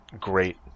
great